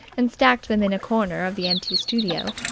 and stacked them in a corner of the empty studio,